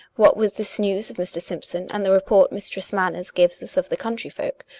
what with this news of mr. simpson and the report mistress manners gives us of the country-folk,